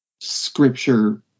Scripture